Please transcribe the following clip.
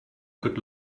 good